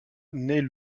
naît